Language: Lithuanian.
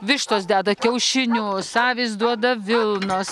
vištos deda kiaušinius avys duoda vilnos